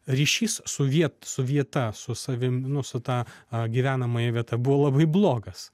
ryšys su viet su vieta su savim nu su ta gyvenamąja vieta buvo labai blogas